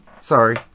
Sorry